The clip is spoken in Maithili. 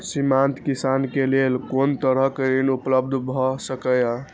सीमांत किसान के लेल कोन तरहक ऋण उपलब्ध भ सकेया?